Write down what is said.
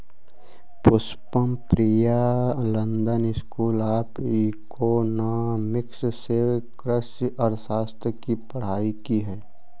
Pushpam Priya London School of Economics से कृषि अर्थशास्त्र की पढ़ाई की है